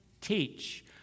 teach